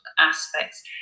aspects